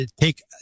take